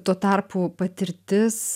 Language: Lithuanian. tuo tarpu patirtis